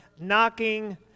knocking